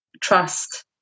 trust